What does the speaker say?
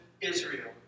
Israel